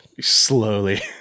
slowly